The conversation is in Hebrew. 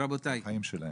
זה החיים שלהם.